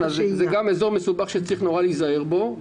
זה גם נושא מסובך שצריך נורא להיזהר בו.